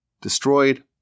destroyed